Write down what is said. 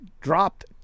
dropped